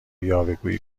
یاوهگویی